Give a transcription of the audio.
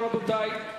רבותי,